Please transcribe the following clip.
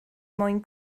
mwyn